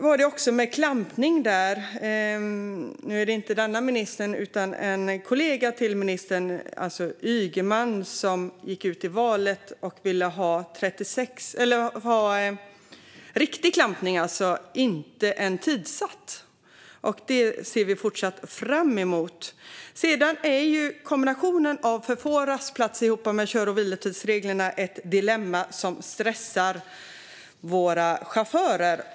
Vad gäller klampning var det inte denna minister utan en kollega till honom, Ygeman, som gick ut i valet och ville ha "riktig" klampning, alltså icke tidssatt sådan. Det ser vi fortfarande fram emot. Sedan är ju kombinationen av för få rastplatser och kör och vilotidsreglerna ett dilemma som stressar våra chaufförer.